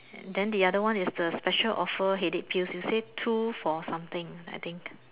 then the other one is the special offer headache pills you say two for something I think